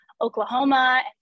Oklahoma